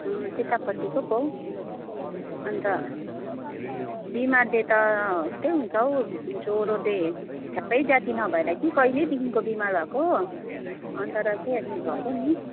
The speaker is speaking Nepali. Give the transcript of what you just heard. अँ त्यतापट्टिको पो हौ अन्त बिमारले त हो यस्तै हुन्छ हौ जरोले ठ्याप्पै जाती नभएर कि कहिलेदेखिको बिमार भएको अन्त र चाहिँ एडमिट भएको नि